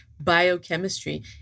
biochemistry